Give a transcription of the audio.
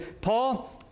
Paul